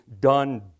done